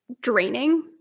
draining